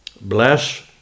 bless